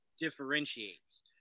differentiates